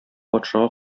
патшага